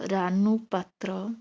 Ranu Patra